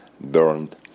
burned